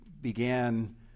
began